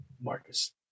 Marcus